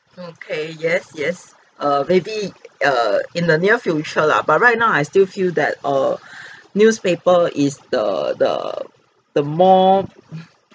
mm K yes yes err maybe err in the near future lah but right now I still feel that err newspaper is the the the more